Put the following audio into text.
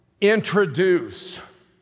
introduce